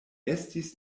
estis